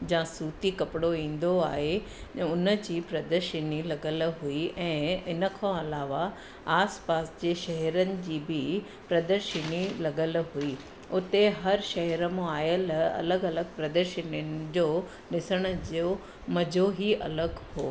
जा सूती कपिड़ो ईंदो आहे उनजी प्रदर्शिनी लॻियल हुई ऐं इनखां अलावा आसपासि जे शहिरनि जी बि प्रदर्शिनी लॻियल हुई उते हर शहिर मां आयलु अलॻि अलॻि प्रदर्शिनिन जो ॾिसण जो मज़ो ई अलॻि हुओ